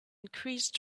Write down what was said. increased